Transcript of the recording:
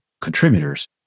contributors